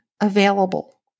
available